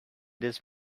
this